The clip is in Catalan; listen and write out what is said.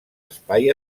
espai